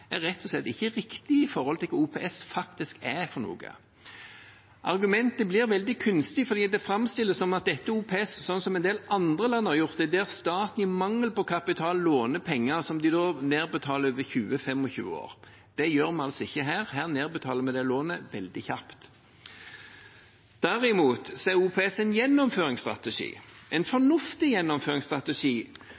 er rett og slett ikke riktige i forhold til hva OPS faktisk er. Argumentet blir veldig kunstig fordi det framstilles som at dette er OPS sånn som en del andre land har gjort det, der staten i mangel på kapital låner penger som de da nedbetaler over 20–25 år. Det gjør vi altså ikke her, her nedbetaler vi det lånet veldig kjapt. Derimot er OPS en gjennomføringsstrategi, en